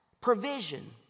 provision